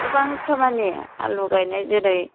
गोबां खामानि आलु गायनाय जेरै